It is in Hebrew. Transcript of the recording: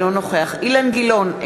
אינו נוכח אילן גילאון,